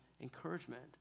encouragement